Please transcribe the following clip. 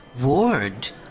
Warned